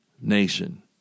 nation